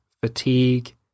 fatigue